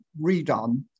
redone